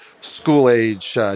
school-age